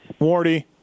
Wardy